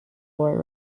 war